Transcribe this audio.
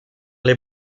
lait